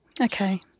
Okay